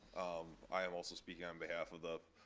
i am also speaking on behalf of the,